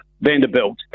Vanderbilt